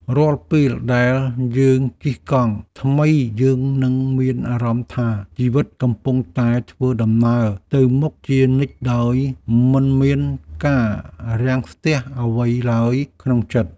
រាល់ពេលដែលយើងជិះកង់ថ្មីយើងនឹងមានអារម្មណ៍ថាជីវិតកំពុងតែធ្វើដំណើរទៅមុខជានិច្ចដោយមិនមានការរាំងស្ទះអ្វីឡើយក្នុងចិត្ត។